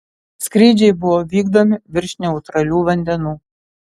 skrydžiai buvo vykdomi virš neutralių vandenų